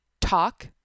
talk